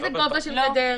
איזה גובה של גדר?